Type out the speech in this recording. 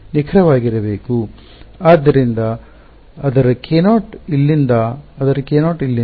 ಆದ್ದರಿಂದ ಅದರ k0 ಇಲ್ಲಿಂದ ಅದರ k0 ಇಲ್ಲಿಂದ